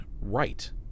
right